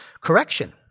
Correction